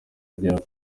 agera